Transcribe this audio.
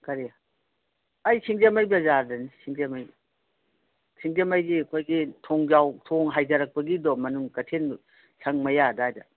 ꯀꯔꯤ ꯑꯩ ꯁꯤꯡꯖꯃꯩ ꯕꯖꯥꯔꯗꯅꯤ ꯁꯤꯡꯖꯃꯩ ꯁꯤꯡꯖꯃꯩꯁꯦ ꯑꯩꯈꯣꯏꯒꯤ ꯊꯣꯡꯖꯥꯎ ꯊꯣꯡ ꯍꯥꯏꯗꯔꯛꯄꯒꯤꯗꯣ ꯃꯅꯨꯡ ꯀꯩꯊꯦꯟ ꯁꯪ ꯃꯌꯥ ꯑꯗꯥꯏꯗ